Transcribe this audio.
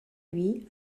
lui